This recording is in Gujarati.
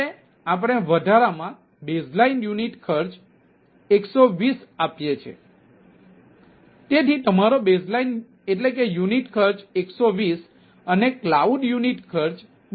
હવે આપણે વધારામાં બેઝલાઇન યુનિટ ખર્ચ 120 આપીએ છીએ તેથી તમારો બેઝ લાઇન એટલે કે યુનિટ ખર્ચ 120 અને ક્લાઉડ યુનિટ ખર્ચ 200 છે